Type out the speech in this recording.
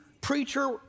preacher